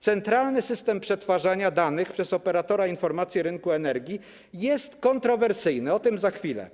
Centralny system przetwarzania danych przez operatora informacji rynku energii jest kontrowersyjny - o tym za chwilę.